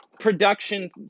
Production